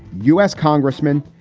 u s. congressman.